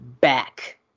back